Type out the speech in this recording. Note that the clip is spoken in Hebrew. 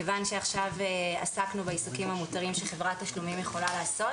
כיוון שעכשיו עסקנו בעיסוקים המותרים שחברת תשלומים יכולה לעשות